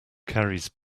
carries